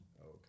okay